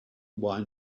wine